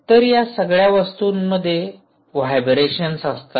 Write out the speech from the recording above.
तर या सगळ्यांमध्ये व्हायब्रेशन्स असतात